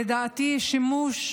לדעתי, שימוש